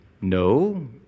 no